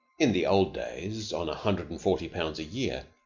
in the old days, on a hundred and forty pounds a year,